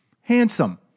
Handsome